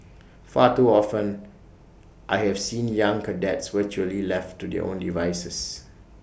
far too often I have seen young cadets virtually left to their own devices